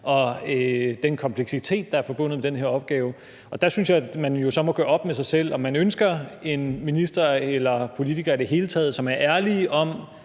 og den kompleksitet, der er forbundet med den her opgave. Der synes jeg, man jo så må gøre op med sig selv, om man ønsker ministre eller politikere i det hele taget, som er ærlig om